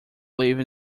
live